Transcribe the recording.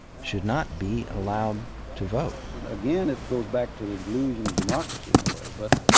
should not be allowed to vote. and again, it goes back to the delusion of democracy, in a way. but